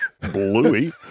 Bluey